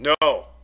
No